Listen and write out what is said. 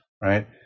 right